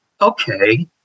okay